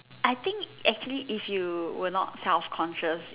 I think actually if you're not self conscious